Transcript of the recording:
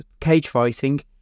cagefighting